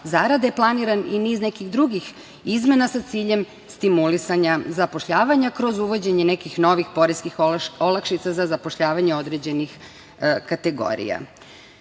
zarade, planiran i niz nekih drugih izmena sa ciljem stimulisanja zapošljavanja kroz uvođenje nekih novih poreskih olakšica za zapošljavanje određenih kategorija. Što